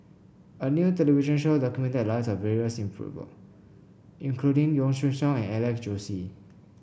a new television show documented the lives of various people including Yong Shu Hoong and Alex Josey